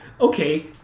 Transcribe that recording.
okay